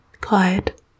Quiet